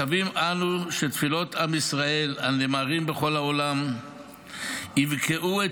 מקווים אנו שתפילות עם ישראל הנאמרות בכל העולם יבקעו את